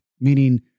meaning